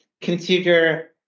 consider